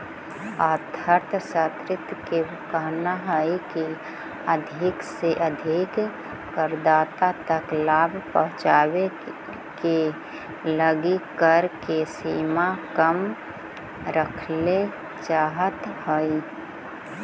अर्थशास्त्रि के कहना हई की अधिक से अधिक करदाता तक लाभ पहुंचावे के लगी कर के सीमा कम रखेला चाहत हई